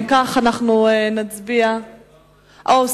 אם כך, נעבור להצבעה.